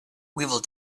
will